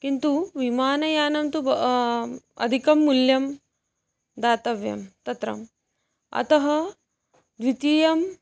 किन्तु विमानयानं तु ब् अधिकं मूल्यं दातव्यं तत्र अतः द्वितीयं